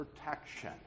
protection